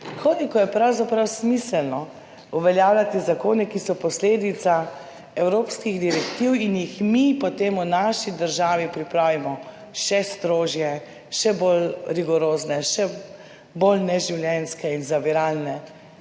koliko je pravzaprav smiselno uveljavljati zakone, ki so posledica evropskih direktiv in jih mi potem v naši državi pripravimo še strožje, še bolj rigorozne, še bolj neživljenjske in zaviralne.